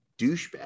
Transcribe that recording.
douchebag